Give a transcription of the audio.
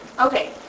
Okay